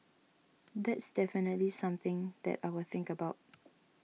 that's definitely something that I will think about